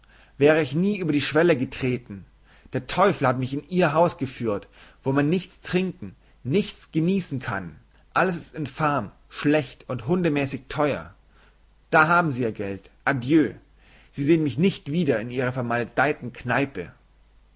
wäre ich nie über die schwelle getreten der teufel hat mich in ihr haus geführt wo man nichts trinken nichts genießen kann alles ist infam schlecht und hundemäßig teuer da haben sie ihr geld adieu sie sehn mich nicht wieder in ihrer vermaladeiten kneipe